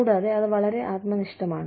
കൂടാതെ അത് വളരെ ആത്മനിഷ്ഠമാണ്